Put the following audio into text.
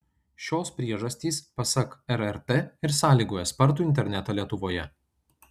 šios priežastys pasak rrt ir sąlygoja spartų internetą lietuvoje